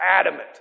adamant